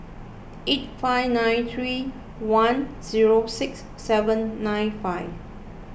eight five nine three one zero six seven nine five